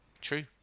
true